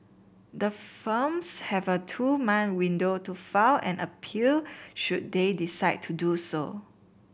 the firms have a two mine window to file an appeal should they decide to do so